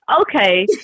okay